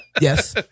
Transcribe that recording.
Yes